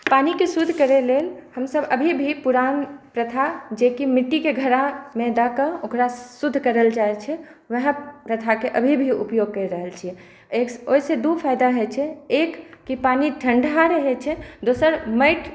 पानीके शुद्ध करै लेल हमसब अभी भी पुरान प्रथा जे कि मिट्टीके घड़ामे दऽ कऽ ओकरा शुद्ध करल जाइ छै वएह प्रथाके अभी भी उपयोग कऽ रहल छिए ओहिसँ दू फाइदा होइ छै एक कि पानी ठण्डा रहै छै दोसर माटि